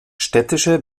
städtische